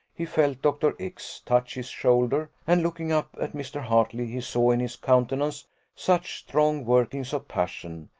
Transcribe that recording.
he felt dr. x touch his shoulder, and looking up at mr. hartley, he saw in his countenance such strong workings of passion,